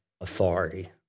authority